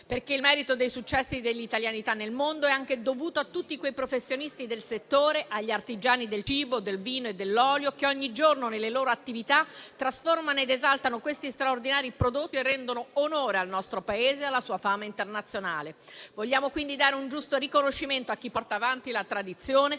perché il merito dei successi e dell'italianità nel mondo è anche dovuto a tutti quei professionisti del settore, agli artigiani del cibo, del vino e dell'olio, che ogni giorno nelle loro attività trasformano ed esaltano questi straordinari prodotti e rendono onore al nostro Paese e alla sua fama internazionale. Vogliamo quindi dare un giusto riconoscimento a chi porta avanti la tradizione,